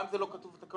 גם זה לא כתוב בתקנות,